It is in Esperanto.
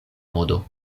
modo